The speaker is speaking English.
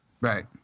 Right